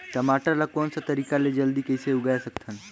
टमाटर ला कोन सा तरीका ले जल्दी कइसे उगाय सकथन?